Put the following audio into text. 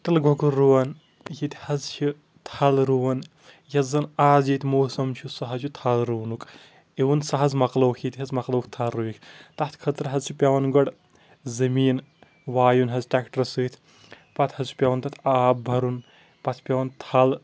تِلہِ گۄگُل رُوان ییٚتہِ حظ چھِ تھل رُوان یس زن آز ییٚتہِ موسم چھُ سُہ حظ چھُ تھل رُونُک اِوٕن سُہ حظ مۄکلووُکھ ییٚتہِ حظ مۄکلووُکھ تھل رُوِتھ تتھ خٲطرٕ حظ چھُ پٮ۪وان گۄڈٕ زٔمیٖن وایُن حظ ٹریکٹر سۭتۍ پتہٕ حظ چھُ پٮ۪وان تتھ آب برُن پتہٕ چھُ پٮ۪وان تھل